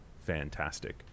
fantastic